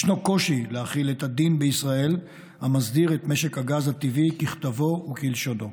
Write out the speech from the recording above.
ישנו קושי להחיל את הדין בישראל המסדיר את משק הגז הטבעי ככתבו וכלשונו.